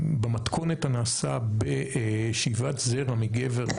במתכונת הנעשה בשאיבת זרע מגבר,